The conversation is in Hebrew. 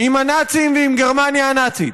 עם הנאצים ועם גרמניה הנאצית,